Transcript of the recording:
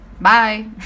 bye